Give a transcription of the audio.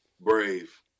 Brave